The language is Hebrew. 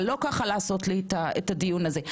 אבל לא כך לעשות לי את הדיון הזה.